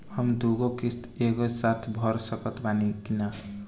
हम दु गो किश्त एके साथ भर सकत बानी की ना?